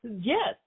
yes